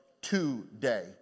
today